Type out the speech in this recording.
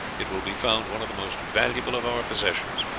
it will be found one of the most valuable of our possessions.